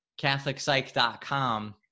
catholicpsych.com